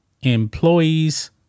employees